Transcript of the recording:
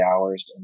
hours